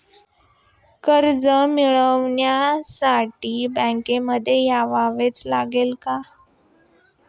कर्ज मिळवण्यासाठी बँकेमध्ये यावेच लागेल का?